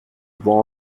bois